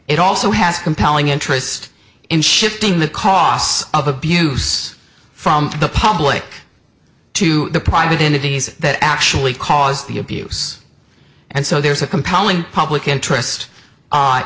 it also has a compelling interest in shifting the costs of abuse from the public to the private individuals that actually cause the abuse and so there's a compelling public interest